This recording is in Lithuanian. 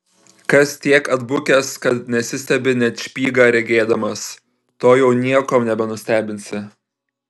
kas tiek atbukęs kad nesistebi net špygą regėdamas to jau niekuom nebenustebinsi